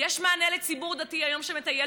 יש מענה לציבור דתי שמטייל